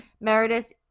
Meredith